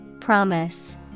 Promise